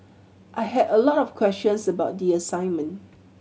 I had a lot of questions about the assignment